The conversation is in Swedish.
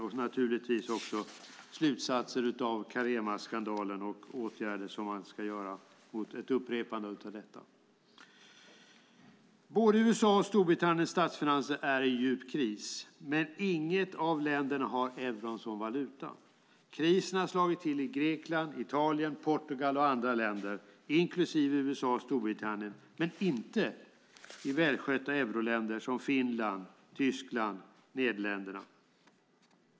Jag ska naturligtvis också säga något om slutsatserna av Caremaskandalen och åtgärder som ska vidtas mot ett upprepande av den. Både USA:s och Storbritanniens statsfinanser är i djup kris, men inget av de länderna har euron som valuta. Krisen har slagit till i Grekland, Italien, Portugal och andra länder - inklusive USA och Storbritannien - men inte i välskötta euroländer som Finland, Tyskland och Nederländerna.